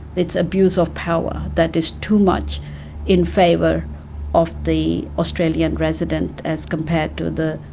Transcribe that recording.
it's abuse of power that is too much in favour of the australian resident as compared to the